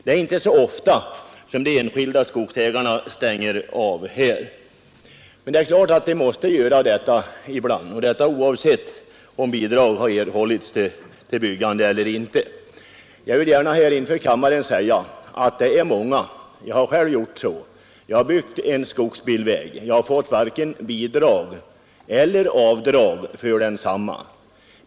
Det sker inte så ofta att de enskilda skogsägarna stänger av, men det är klart att de ibland måste göra detta, oavsett om bidrag erhållits till byggande av vägen eller inte. Inför kammaren vill jag gärna säga att det är många som byggt en skogsbilväg utan att få vare sig bidrag eller rätt att göra avdrag för kostnaderna. Jag har själv byggt en sådan väg.